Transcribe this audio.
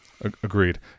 Agreed